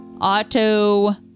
auto